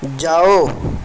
جاؤ